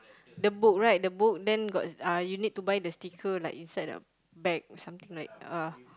the book right the book then got uh you need to buy the sticker like inside the bag or something like uh